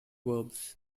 verbs